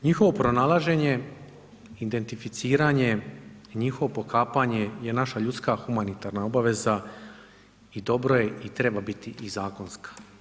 Njihovo pronalaženje, identificiranje i njihovo pokapanje je naša ljudska humanitarna obaveza i dobro je, i treba biti i zakonska.